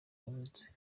yavutse